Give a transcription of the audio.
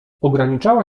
ograniczała